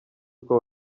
uko